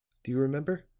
do you remember?